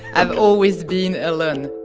i've always been alone.